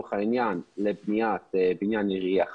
לצורך בניית בניין עירייה חדש.